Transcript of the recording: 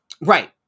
right